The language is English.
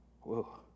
whoa